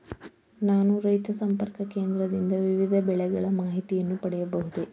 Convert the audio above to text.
ನಾನು ರೈತ ಸಂಪರ್ಕ ಕೇಂದ್ರದಿಂದ ವಿವಿಧ ಬೆಳೆಗಳ ಮಾಹಿತಿಯನ್ನು ಪಡೆಯಬಹುದೇ?